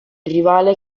rivale